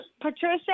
Patricia